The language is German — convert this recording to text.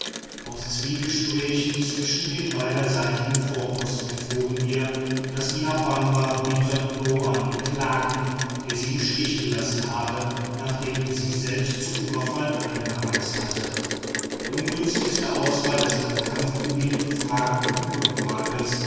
aus zwiegesprächen zwischen den beiderseitigen vorposten erfuhren wir daß die a bangba bitter über uando klagten der sie im stich gelassen habe nachdem er sie selbst zum überfall angereizt hätte der ungünstige ausfall des bei kampfbeginn befragten